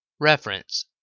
Reference